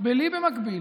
בלי להביא